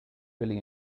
really